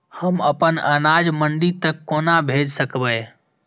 हम अपन अनाज मंडी तक कोना भेज सकबै?